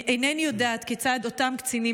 אינני יודעת כיצד אותם קצינים,